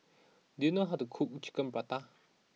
do you know how to cook Chicken Pasta